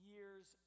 years